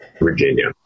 Virginia